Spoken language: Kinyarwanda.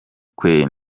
kwe